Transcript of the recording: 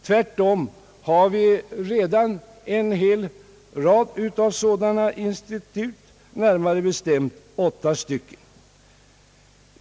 Tvärtom har vi redan en hel rad sådana institut, närmare bestämt åtta stycken.